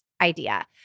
idea